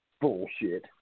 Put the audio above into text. Bullshit